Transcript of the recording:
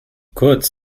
kurz